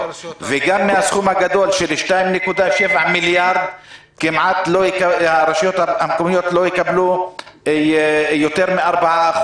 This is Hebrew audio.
וגם מהסכום הגדול של 2.7 מיליארד כמעט הן לא תקבלנה יותר מ-4%.